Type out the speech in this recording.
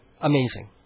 Amazing